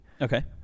Okay